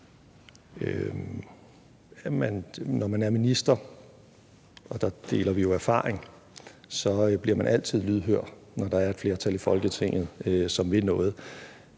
Når man er minister, og der deler vi jo erfaring, bliver man altid lydhør, når der er et flertal i Folketinget, som vil noget.